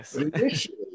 initially